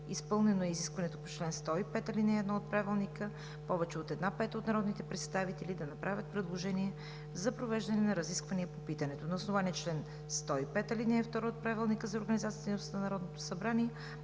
Изпълнено е изискването по чл. 105, ал. 1 от Правилника повече от една пета от народните представители да направят предложение за провеждане на разискване по питането. На основание чл. 105, ал. 2 от Правилника за организацията и дейността на Народното събрание,